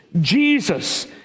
Jesus